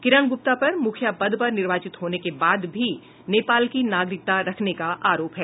किरण गुप्ता पर मुखिया पद पर निर्वाचित होने के बाद भी नेपाल की नागरिकता रखने का आरोप है